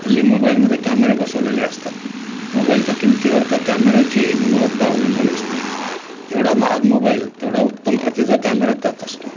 हल्ली मोबाईलमध्ये कॅमरे बसवलेले असतात मोबाईलच्या किमतीवर त्या कॅमेऱ्याची गुणवत्ता अवलंबून असते जेवढा महाग मोबाईल तेवढा उत्तम प्रतीचा कॅमेरा त्यात असतो